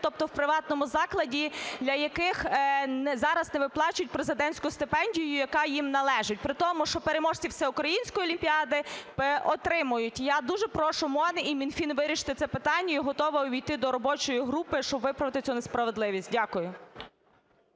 тобто в приватному закладі, для яких зараз не виплачують президентську стипендію, яка їм належить, при тому, що переможці всеукраїнської олімпіади отримують. Я дуже прошу МОН і Мінфін вирішити це питання і готова увійти до робочої групи, щоб виправити цю несправедливість. Дякую.